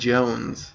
Jones